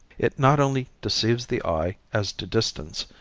it not only deceives the eye as to distance,